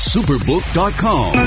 Superbook.com